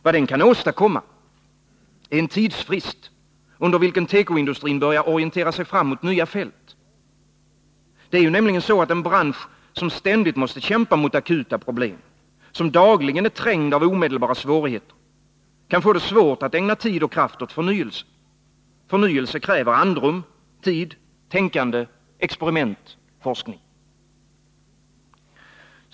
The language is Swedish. Vad den kan åstadkomma är en tidsfrist, under vilken tekoindustrin börjar orientera sig fram mot nya fält. Det är ju nämligen så, att en bransch som ständigt måste kämpa mot akuta problem, som dagligen är trängd av omedelbara svårigheter, kan få svårt att ägna tid och kraft åt förnyelsen. Förnyelse kräver andrum, tid, tänkande, experiment, forskning.